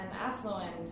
affluent